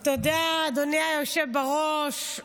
תודה, אדוני היושב בראש.